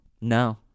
No